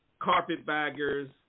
carpetbaggers